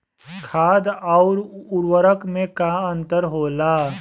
खाद्य आउर उर्वरक में का अंतर होला?